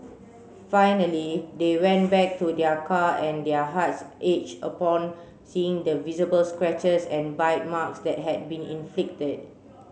finally they went back to their car and their hearts ached upon seeing the visible scratches and bite marks that had been inflicted